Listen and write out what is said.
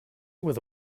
with